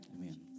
Amen